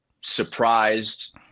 surprised